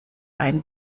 ein